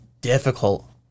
difficult